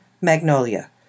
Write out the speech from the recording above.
Magnolia